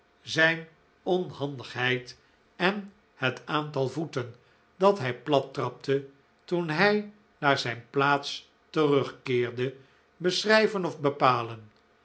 zijn onhandigheid en het aantal voeten dat hij plattrapte toen hij naar zijn plaats terugkeerde beschrijven of bepalen